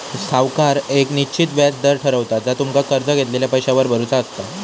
सावकार येक निश्चित व्याज दर ठरवता जा तुमका कर्ज घेतलेल्या पैशावर भरुचा असता